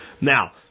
Now